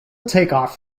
takeoff